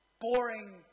Boring